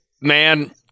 Man